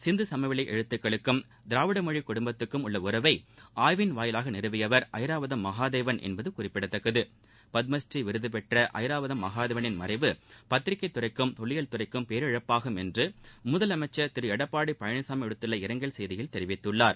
சிந்து சமவெளி எழுத்துக்களுக்கும் திராவிட மொழி குடும்பத்துக்கும் உள்ள உறவை ஆய்வின் மூவம் நிறுவியவர் ஐராவதம் மகாதேவன் என்பது குறிப்பிடத்தக்கது பத்மஸ்ரீ விருதுபெற்ற ஐராவதம் மகாதேவனின் மறைவு பத்திரிகைத் துறைக்கும் தொல்லியில் துறைக்கும் பேரிழப்பாகும் என்று முதலமைச்சர் திரு எடப்பாடி பழனிசாமி விடுத்துள்ள இரங்கல் செய்தியில் தெரிவித்துள்ளார்